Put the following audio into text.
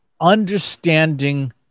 understanding